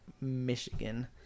Michigan